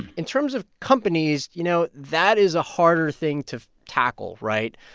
in terms of companies, you know, that is a harder thing to tackle, right?